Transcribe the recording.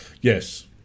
Yes